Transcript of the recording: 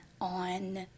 on